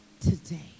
Today